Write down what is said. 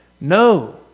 No